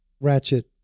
ratchet